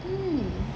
hmm